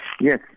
Yes